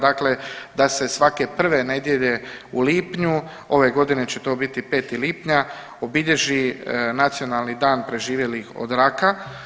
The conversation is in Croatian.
Dakle, da se svake prve nedjelje u lipnju ove godine će to biti 5. lipnja obilježi Nacionalni dan preživjelih od raka.